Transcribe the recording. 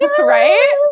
right